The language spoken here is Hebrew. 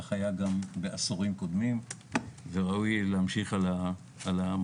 כך היה גם בעשורים קודמים וראוי להמשיך את המסורת.